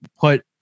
put